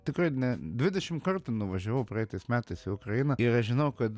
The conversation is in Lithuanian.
tikrai ne dvidešim kartų nuvažiavau praeitais metais į ukrainą ir aš žinau kad